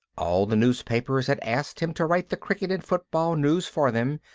all the newspapers had asked him to write the cricket and football news for them,